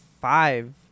five